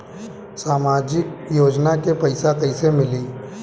सामाजिक योजना के पैसा कइसे मिली?